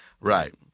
Right